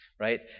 Right